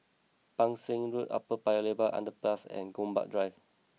Pang Seng Road Upper Paya Lebar Underpass and Gombak Drive